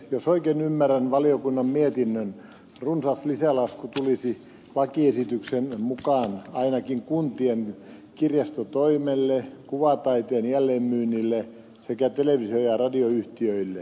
jos oikein ymmärrän valiokunnan mietinnön runsas lisälasku tulisi lakiesityksen mukaan ainakin kuntien kirjastotoimelle kuvataiteen jälleenmyynnille sekä televisio ja radioyhtiöille